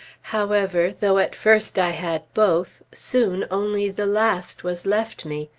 however, though at first i had both, soon only the last was left me.